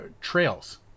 Trails